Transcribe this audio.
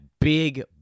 big